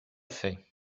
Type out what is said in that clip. fait